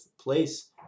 place